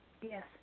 Yes